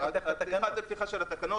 פתיחה של התקנות.